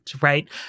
Right